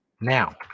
now